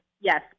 yes